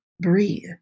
breathe